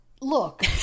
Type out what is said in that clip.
look